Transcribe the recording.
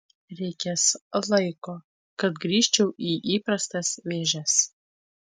reikės laiko kad grįžčiau į įprastas vėžes